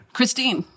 Christine